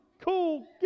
cool